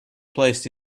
placed